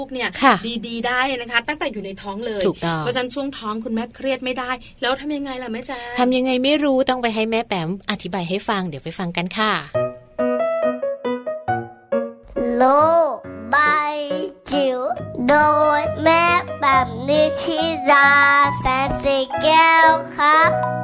ลูกเนี่ยค่ะดีๆได้นะคะ ตั้งแต่อยู่ในท้องเลยถูกต้องเพราะฉะนั้นช่วงท้องคุณแม่เครียดไม่ได้ แล้วทำยังไงล่ะแม่จ๊ะ?ทำยังไงไม่รู้ ต้องไปให้แม่แป๋มอธิบายให้ฟัง เดี๋ยวไปฟังกันค่ะโลกใบจิ๋วโดยแม่แป๋มนิธิราแสนศิลแก้วครับ